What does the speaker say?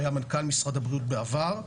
שהיה מנכ"ל משרד הבריאות בעבר,